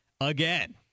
again